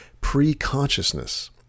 pre-consciousness